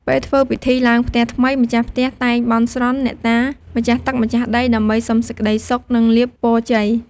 ពេលធ្វើពិធីឡើងផ្ទះថ្មី ម្ចាស់ផ្ទះតែងបន់ស្រន់អ្នកតាម្ចាស់ទឹកម្ចាស់ដី ដើម្បីសុំសេចក្ដីសុខនិងលាភពរជ័យ។